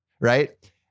Right